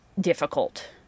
difficult